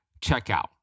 checkout